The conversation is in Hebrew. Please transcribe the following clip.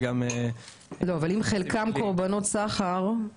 אבל אם חלקם קורבנות סחר,